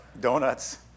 Donuts